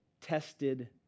tested